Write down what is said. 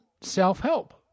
self-help